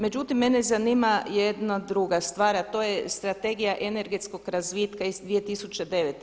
Međutim, mene zanima jedna druga stvar a to je Strategija energetskog razvitka iz 2009.